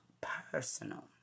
personal